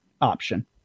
option